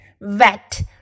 Vet